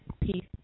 Peace